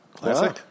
Classic